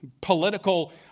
political